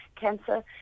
cancer